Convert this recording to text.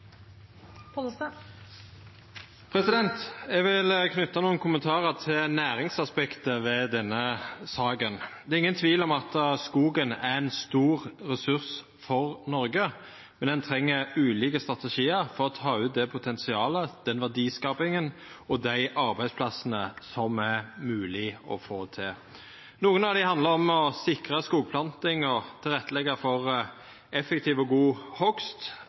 tømmer. Eg vil knyta nokre kommentarar til næringsaspektet ved denne saka. Det er ingen tvil om at skogen er ein stor ressurs for Noreg, men ein treng ulike strategiar for å ta ut det potensialet, den verdiskapinga og skapa dei arbeidsplassane som er mogleg å få til. Noko handlar om å sikra skogplanting og å leggja til rette for effektiv og god